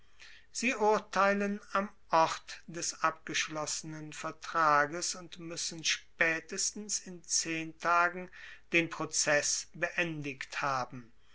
sie urteilen am ort des abgeschlossenen vertrages und muessen spaetestens in zehn tagen den prozess beendigt haben